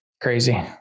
Crazy